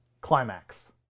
climax